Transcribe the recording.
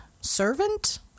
servant